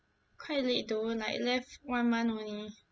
quite late though like left one month only